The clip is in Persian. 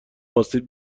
آسیب